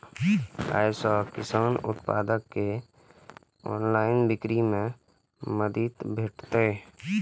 अय सं कृषि उत्पाद के ऑनलाइन बिक्री मे मदति भेटतै